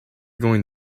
going